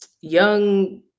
young